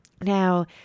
Now